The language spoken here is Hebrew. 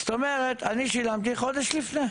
זאת אומרת אני שילמתי חודש לפני.